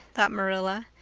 thought marilla,